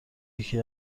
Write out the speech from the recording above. یکی